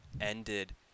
ended